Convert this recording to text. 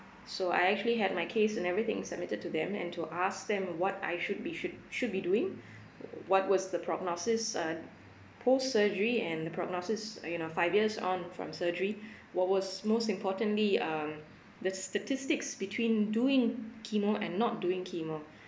so I actually had my case and everything submitted to them and to ask them what I should be should should be doing what was the prognosis uh post surgery and the prognosis you know five years on from surgery what was most importantly um the statistics between doing chemo and not doing chemo